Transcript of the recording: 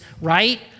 right